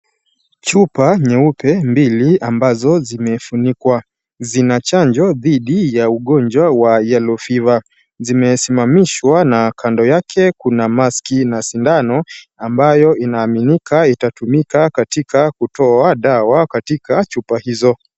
Chupa nyeupe mbili ambazo zimefunikwa, zina chanjo dhidi ya ugonjwa wa yellow fever . Zime simamishwa na kando yake kuna maski na sindano ambayo inaaminika itatumika katika kutoa dawa katika chupa hizo.